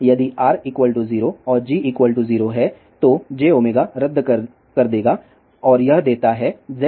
इसलिए यदि R 0 और G 0 है तो jω रद्द कर देगा और यह देता है Z0LC